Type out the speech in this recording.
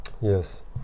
yes